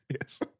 Yes